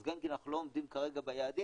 אז גם אם אנחנו לא עומדים כרגע ביעדים,